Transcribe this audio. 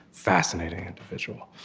fascinating individual.